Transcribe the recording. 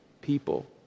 people